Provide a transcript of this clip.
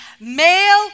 male